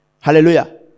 Hallelujah